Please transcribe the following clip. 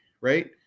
right